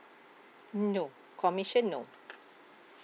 no commission no